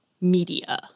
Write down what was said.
media